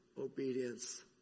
obedience